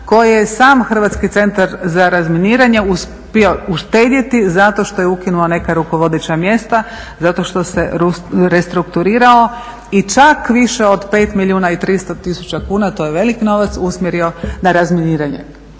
koje je sam Hrvatski centar za razminiranje uspio uštedjeti zato što je ukinuo neka rukovodeća mjesta, zato što se rekonstruirao i čak više od 5 milijuna i 300 tisuća kuna, to je velik novac usmjerio na razminiranje.